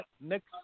next